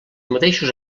mateixos